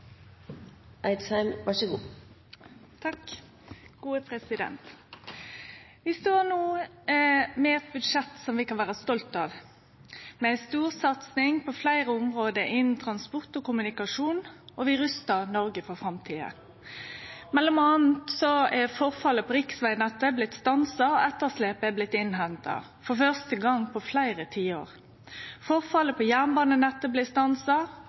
Vi står no med eit budsjett som vi kan vere stolte av, med ei storsatsing på fleire område innanfor transport og kommunikasjon. Vi rustar Noreg for framtida. Mellom anna er forfallet på riksvegnettet blitt stansa, og etterslepet blir innhenta – for første gong på fleire tiår. Forfallet på jernbanenettet blir stansa